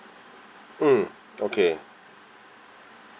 mm okay